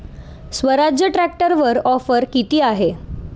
स्वराज्य ट्रॅक्टरवर ऑफर किती आहे?